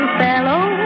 fellow